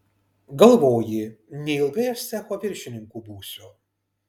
galvoji neilgai aš cecho viršininku būsiu